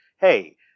hey